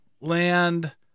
land